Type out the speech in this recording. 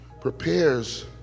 prepares